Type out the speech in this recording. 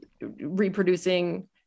reproducing